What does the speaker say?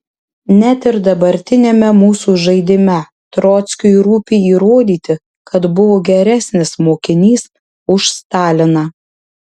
net ir dabartiniame mūsų žaidime trockiui rūpi įrodyti kad buvo geresnis mokinys už staliną